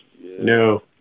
No